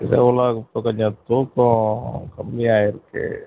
இது ஒன்றும் இப்போ கொஞ்சம் தூக்கம் கம்மியாக ஆகியிருக்கு